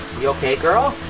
you okay, girl?